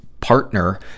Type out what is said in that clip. partner